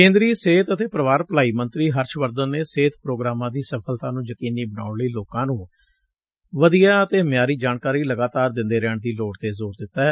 ਕੇ'ਦਰੀ ਸਿਹਤ ਅਤੇ ਪਰਿਵਾਰ ਭਲਾਈ ਮੰਤਰੀ ਹਰਸ਼ ਵਰਧਨ ਨੇ ਸਿਹਤ ਪ੍ਰੋਗਰਾਮਾ' ਦੀ ਸਫ਼ਲਤਾ ਨੂੰ ਯਕੀਨੀ ਬਣਾਉਣ ਲਈ ਲੋਕਾਂ ਨੂੰ ਵਧੀਆ ਅਤੇ ਮਿਆਰੀ ਜਾਣਕਾਰੀ ਲਗਾਤਾਰ ਦਿੰਦੇ ਰਹਿਣ ਦੀ ਲੋੜ ਤੇ ਜੂੰਰ ਦਿੱਤੈ